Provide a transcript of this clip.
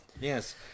Yes